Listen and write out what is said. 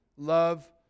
Love